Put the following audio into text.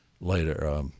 later –